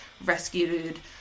rescued